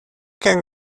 can